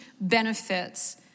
benefits